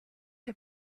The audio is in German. der